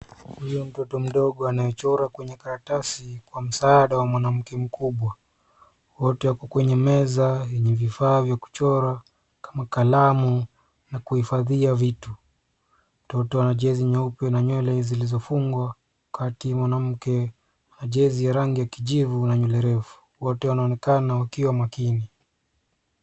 Huyo mtoto mdogo anayechora kwenye karatasi kwa msaada wa mwanamke mkubwa. Wote wako kwenye meza yenye vifaa vya kuchora kama kalamu na kuhifadhia vitu. Mtoto ana jezi nyeupe na nywele zilizofungwa kati. Mwanamke ana jezi ya rangi ya kijivu na nywele refu. Wote wanaonekana wakiwa makini.